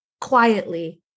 quietly